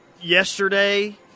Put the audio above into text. Yesterday